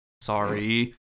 Sorry